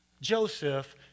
Joseph